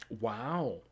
Wow